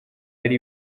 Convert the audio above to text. ari